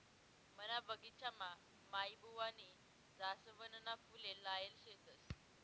मना बगिचामा माईबुवानी जासवनना फुले लायेल शेतस